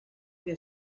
que